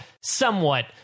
somewhat